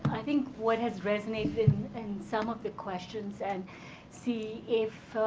i think, what has resonated in some of the questions, and see if